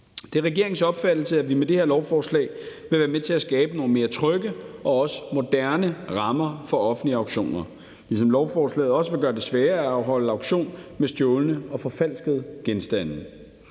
Det er regeringens opfattelse, at vi med det her lovforslag vil være med til at skabe nogle mere trygge og også mere moderne rammer for offentlige auktioner, ligesom lovforslaget også vil gøre det sværere at afholde auktioner med stjålne og forfalskede genstande.